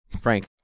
Frank